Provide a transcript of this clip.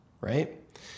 right